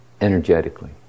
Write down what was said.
energetically